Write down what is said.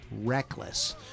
Reckless